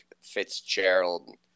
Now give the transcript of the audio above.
Fitzgerald